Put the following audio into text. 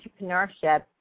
entrepreneurship